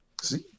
See